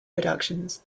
productions